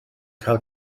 cael